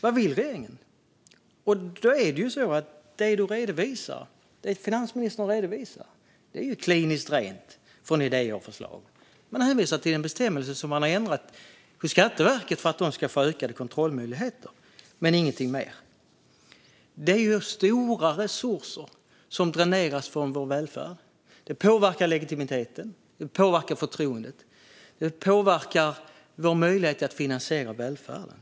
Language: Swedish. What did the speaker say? Vad vill regeringen? Då är det ju så att det finansministern redovisar är kliniskt rent från idéer och förslag. Hon hänvisar till en bestämmelse som man har ändrat hos Skatteverket för att de ska få ökade kontrollmöjligheter men ingenting mer. Det är stora resurser som dräneras från vår välfärd. Det påverkar legitimiteten. Det påverkar förtroendet. Det påverkar vår möjlighet att finansiera välfärden.